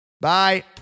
bye